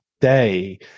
day